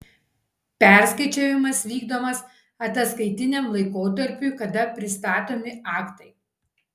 perskaičiavimas vykdomas ataskaitiniam laikotarpiui kada pristatomi aktai